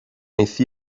ainsi